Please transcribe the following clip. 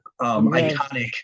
iconic